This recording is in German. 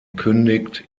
kündigt